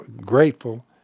grateful